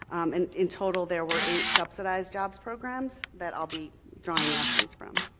and in total, there were eight subsidized jobs programs that i'll be drawing lessons from.